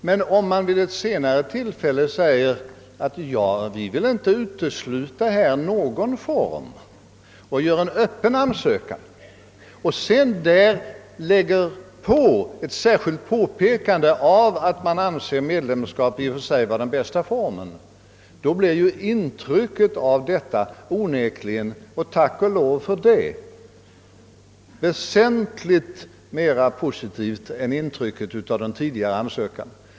Men om man så vid ett senare tillfälle säger att vi inte vill utesluta någon form och gör en öppen ansökan — varvid man lägger in ett påpekande av att medlemskap i och för sig får anses vara den bästa formen — blir intrycket onekligen, och tack och lov för det, väsentligt mera positivt än intrycket av den tidigare ansökan.